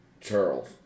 Charles